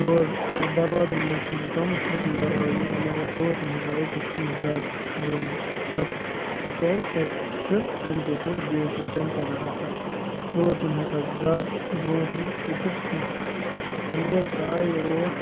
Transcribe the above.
تور تَتھ دروازَن منٛز چھُس بہٕ ژامُت سَتَن دَروازَن منٛز مگر تور چھُنہٕ ہٮ۪کان أژِتھ کِہیٖنی زیادٕ برٛونٛٹھ تَتہِ چھِ تِکیٛازِ تَتہِ چھِ اَنۍگوٚٹ حظ بیٚیہِ حظ چھِ چَمکَدَر آسان تور چھِنہٕ ہٮ۪کان زیادٕ برٛونٛٹھ حظ أژِتھ کیٚنٛہہ اَنٛگریز تہٕ آیے اور